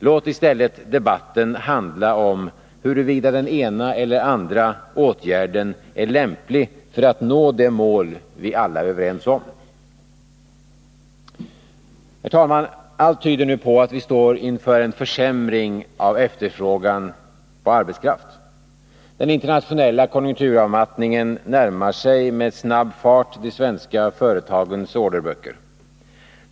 Låt i stället debatten handla om huruvida den ena eller andra åtgärden är lämplig för att nå det mål vi alla är överens om. Allt tyder på att vi nu står inför en försämring av efterfrågan på arbetskraft. Den internationella konjunkturavmattningen närmar sig med snabb fart de svenska företagens orderböcker.